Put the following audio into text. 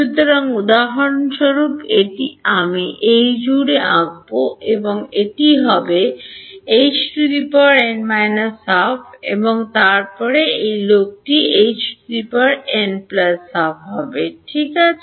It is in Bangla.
সুতরাং উদাহরণস্বরূপ এটি আমি এই জুড়ে আঁকব এটি হবে H n − 12 এবং তারপরে এই লোকটি H n 12 ঠিক হবে